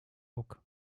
ruck